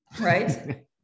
right